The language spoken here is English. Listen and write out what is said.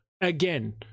again